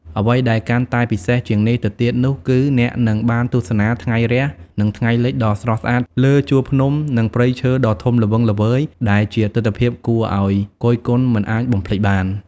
អ្វីដែលកាន់តែពិសេសជាងនេះទៅទៀតនោះគឺ អ្នកនឹងបានទស្សនាថ្ងៃរះ និងថ្ងៃលិចដ៏ស្រស់ស្អាតលើជួរភ្នំ និងព្រៃឈើដ៏ធំល្វឹងល្វើយ ដែលជាទិដ្ឋភាពគួរឲ្យគយគន់មិនអាចបំភ្លេចបាន។